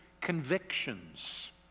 convictions